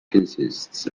consists